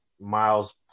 Miles